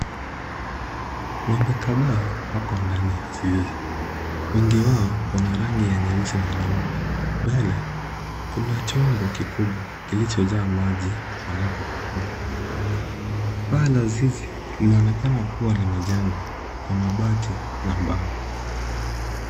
Ng'ombe kadhaa wako ndani ya zizi. Wengi wao wana rangi ya nyeusi na nyeupe. Mbele kuna chombo kikubwa kilichojaa maji wanapokunywa. Paa la zizi linaonekana kuwa limejengwa kwa mabati na mbao.